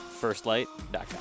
firstlight.com